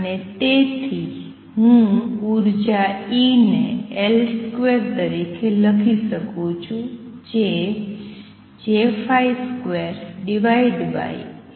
અને તેથી હું ઉર્જા E ને L2 તરીકે લખી શકું છું જે J282mR2V છે